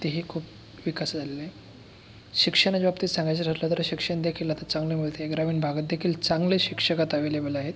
हे खूप विकास झालेला आहे शिक्षणाच्या बाबतीत सांगायचं ठरलं तर शिक्षणदेखील आता चांगलं मिळतं आहे ग्रामीण भागातदेखील चांगले शिक्षक आता ॲव्हेलेबल आहेत